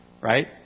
right